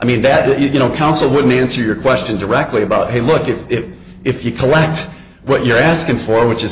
i mean that you know counsel would be answer your question directly about hey look if it if you collect what you're asking for which is